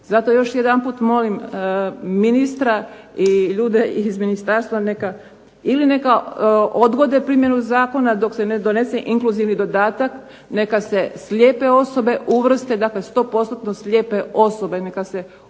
Zato još jedanput molim ministra i ljude iz ministarstva neka, ili neka odgode primjenu zakona dok se ne donese inkluzivni dodatak, neka se slijepe osobe uvrste, dakle stopostotno slijepe osobe neka se uvrste